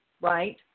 right